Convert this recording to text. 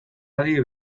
adi